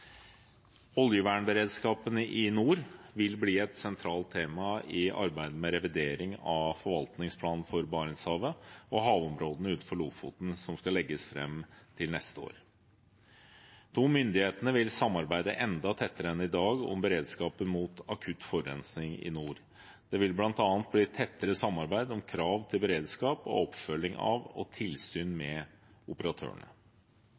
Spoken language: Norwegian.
i nord vil bli et sentralt tema i arbeidet med revideringen av forvaltningsplanen for Barentshavet og havområdene utenfor Lofoten som skal legges fram neste år. Myndighetene vil samarbeide enda tettere enn i dag om beredskapen mot akutt forurensning i nord. Det vil bl.a. bli tettere samarbeid om krav til beredskap og oppfølging av og tilsyn med operatørene.